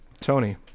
Tony